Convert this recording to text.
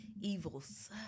evils